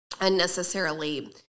unnecessarily